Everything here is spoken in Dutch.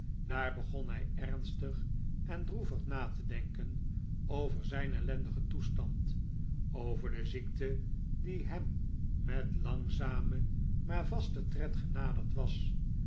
daar begon hij ornstig en droevig na te denken over zijn ellendigen toestand over de ziekte die hem metlangzamen maar vasten tred genaderd was